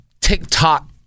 TikTok